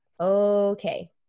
okay